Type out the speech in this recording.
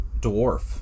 dwarf